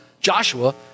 Joshua